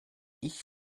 ich